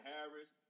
Harris